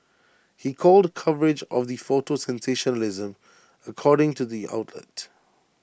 he called coverage of the photo sensationalism according to the outlet